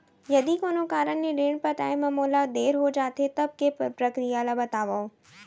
यदि कोनो कारन ले ऋण पटाय मा मोला देर हो जाथे, तब के प्रक्रिया ला बतावव